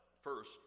first